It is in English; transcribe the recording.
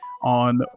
On